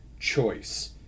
choice